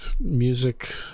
music